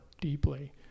deeply